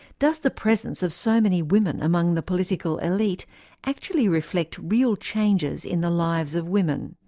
does the presence of so many women among the political elite actually reflect real changes in the lives of women?